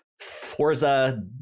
Forza